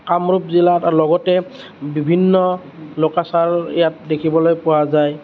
কামৰূপ জিলাৰ লগতে বিভিন্ন লোকাচাৰো ইয়াত দেখিবলৈ পোৱা যায়